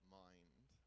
mind